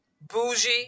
bougie